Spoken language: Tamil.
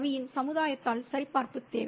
ரவியின் சமுதாயத்தால் சரிபார்ப்பு தேவை